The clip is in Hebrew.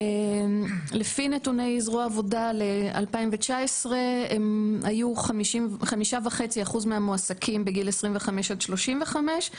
לפי נתוני זרוע העבודה ל-2019 הם היו 5.5% מהמועסקים בגיל 25 עד 35,